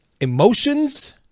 emotions